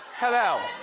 hello.